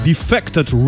Defected